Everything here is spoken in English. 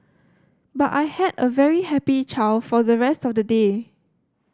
but I had a very happy child for the rest of the day